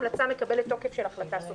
ההמלצה מקבלת תוקף של החלטה סופית.